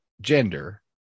gender